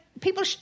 People